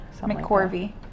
McCorvey